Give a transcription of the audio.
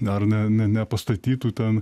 dar ne ne nepastatytų ten